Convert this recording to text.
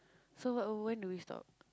so what when do we stop